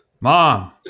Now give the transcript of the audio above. Mom